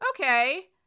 okay